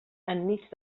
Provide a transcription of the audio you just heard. enmig